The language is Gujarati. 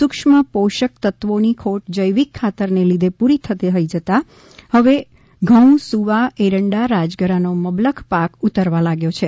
સુક્ષ્મ પોષક તત્વો ની ખોટ જૈવિક ખાતર ને લીઘે પૂરી થઈ જતાં અહી હવે ઘઉં સુવા એરંડા રાજગરા નો મબલખ પાક ઉતરવા લાગ્યો છે